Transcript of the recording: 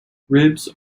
ribs